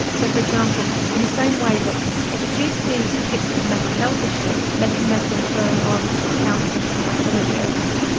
so for example in the same way that if a gp picks up a mental health issue they can make a referral on to a counsellor, to a psychologist.